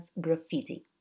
graffiti